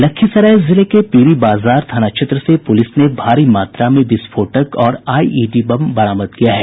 लखीसराय जिले के पीरीबाजार थाना क्षेत्र से पुलिस ने भारी मात्रा में विस्फोटक और आईईडी बम बरामद किया है